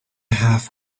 have